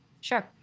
Sure